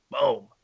Boom